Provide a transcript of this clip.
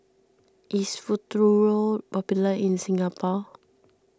is Futuro popular in Singapore